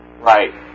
Right